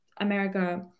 America